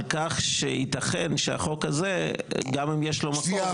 כך שייתכן שהחוק הזה גם אם יש לו מקום --- שנייה,